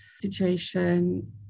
situation